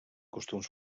costums